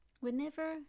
whenever